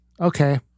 Okay